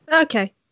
Okay